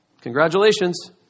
Congratulations